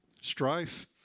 strife